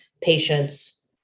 patients